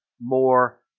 more